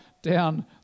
down